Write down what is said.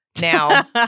now